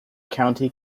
county